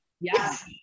Yes